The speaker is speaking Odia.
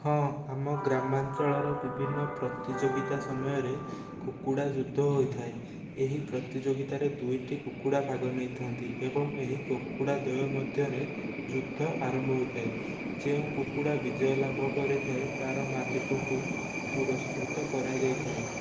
ହଁ ଆମ ଗ୍ରାମାଞ୍ଚଳର ବିଭିନ୍ନ ପ୍ରତିଯୋଗିତା ସମୟରେ କୁକୁଡ଼ା ଯୁଦ୍ଧ ହୋଇଥାଏ ଏହି ପ୍ରତିଯୋଗିତାରେ ଦୁଇଟି କୁକୁଡ଼ା ଭାଗ ନେଇଥାନ୍ତି ଏବଂ ଏହି କୁକୁଡ଼ା ଦ୍ୱୟ ମଧ୍ୟରେ ଯୁଦ୍ଧ ଆରମ୍ଭ ହୋଇଥାଏ ଯେଉଁ କୁକୁଡ଼ା ବିଜୟ ଲାଭ କରିଥାଏ ତାର ମାଲିକକୁ ପୁରସ୍କୃତ କରାଯାଇଥାଏ